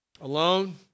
alone